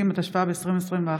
150), התשפ"ב 2021,